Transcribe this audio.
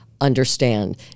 understand